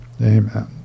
Amen